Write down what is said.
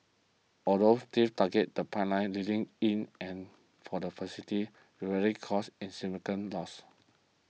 although thieves targeted the pipelines leading in and for the facility rarely caused insignificant loss